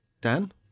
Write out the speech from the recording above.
Dan